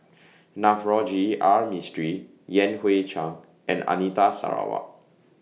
Navroji R Mistri Yan Hui Chang and Anita Sarawak